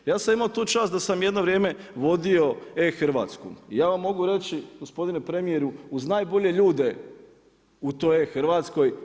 Ja sam imao tu čast da sam jedno vrijeme vodio e-Hrvatsku, i ja vam mogu reći gospodine premijeru, uz najbolje ljude u toj e-Hrvatskoj.